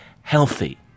healthy